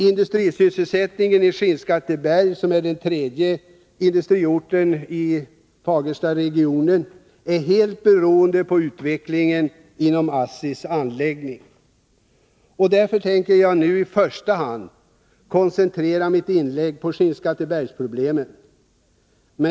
Industrisysselsättningen i Skinnskatteberg, som är den tredje industriorten i Fagerstaregionen, är helt beroende av utvecklingen inom ASSI:s anläggning. Därför tänker jag nu i första hand koncentrera mitt inlägg på Skinnskattebergsproblemet.